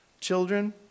children